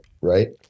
right